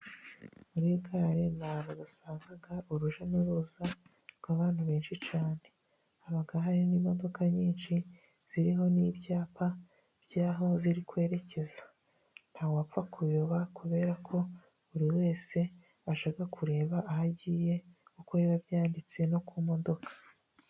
Muri gare ni ahantu dusanga urujya n'uruza rw'abantu benshi cyane, haba hari n'imodoka nyinshi ziriho n'ibyapa by'aho ziri kwerekeza. Nta wapfa kuyoba kubera ko buri wese abasha kureba aho agiye kuko biba byanditse no ku modoka.